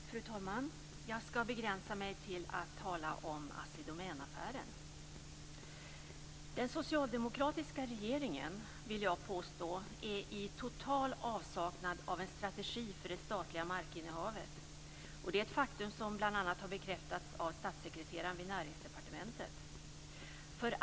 Fru talman! Jag skall begränsa mig till att tala om Jag vill påstå att den socialdemokratiska regeringen är i total avsaknad av en strategi för det statliga markinnehavet. Det är ett faktum som bl.a. har bekräftats av statssekreteraren vid Näringsdepartementet.